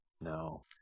No